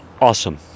awesome